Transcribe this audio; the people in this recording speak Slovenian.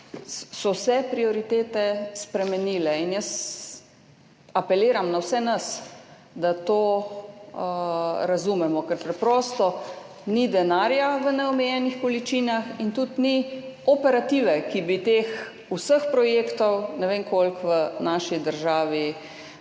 poplav prioritete spremenile. Apeliram na vse nas, da to razumemo. Ker preprosto ni denarja v neomejenih količinah in tudi ni operative, ki bi vseh teh ne vem koliko projektov v naši državi